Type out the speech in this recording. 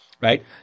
Right